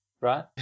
right